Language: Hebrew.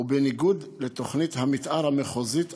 ובניגוד לתוכנית המתאר המחוזית החדשה.